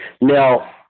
Now